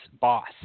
boss